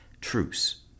Truce